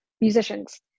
musicians